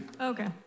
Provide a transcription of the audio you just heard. Okay